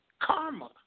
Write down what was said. Karma